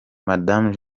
madame